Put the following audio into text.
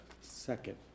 Second